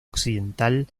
occidental